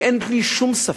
כי אין לי שום ספק,